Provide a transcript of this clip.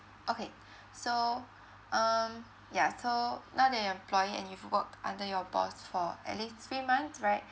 okay so um yeah so now that you're employee and you've worked under your boss for at least three months right